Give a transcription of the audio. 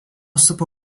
supa